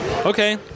Okay